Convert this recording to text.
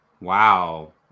wow